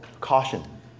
caution